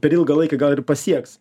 per ilgą laiką gal ir pasieks